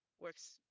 works